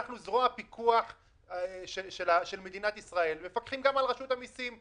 אנחנו זרוע פיקוח של מדינת ישראל ומפקחים גם על רשות המיסים.